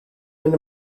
mynd